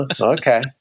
Okay